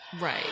Right